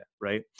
right